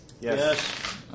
Yes